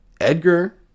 Edgar